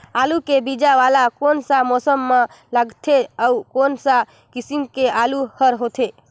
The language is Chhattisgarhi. आलू के बीजा वाला कोन सा मौसम म लगथे अउ कोन सा किसम के आलू हर होथे?